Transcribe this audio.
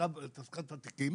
בתעסוקת אזרחים ותיקים,